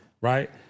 right